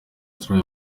troy